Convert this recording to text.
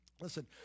Listen